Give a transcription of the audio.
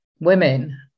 women